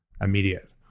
immediate